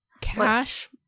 cash